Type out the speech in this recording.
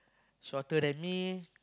shorter than me